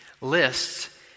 lists